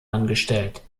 angestellt